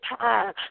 time